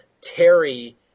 Terry